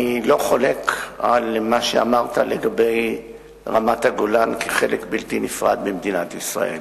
אני לא חולק על מה שאמרת לגבי רמת-הגולן כחלק בלתי נפרד ממדינת ישראל.